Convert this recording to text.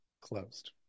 closed